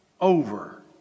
over